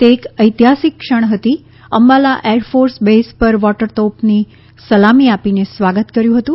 તે એક ચૈતિહાસિક ક્ષણ હતી અંબાલા એરફોર્સ બેઝપર વોટર તોપની સલામી આપીને સ્વાગત કર્યું હતું